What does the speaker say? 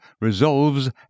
resolves